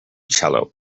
cello